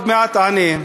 תענה.